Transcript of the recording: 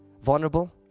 vulnerable